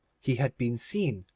he had been seen,